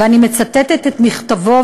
ואני מצטטת את מכתבו,